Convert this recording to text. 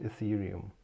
Ethereum